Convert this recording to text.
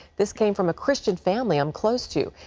this came from a christian family i'm closed to.